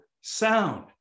sound